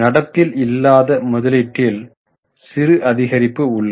நடப்பில் இல்லாத முதலீட்டில் சிறு அதிகரிப்பு உள்ளது